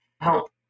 help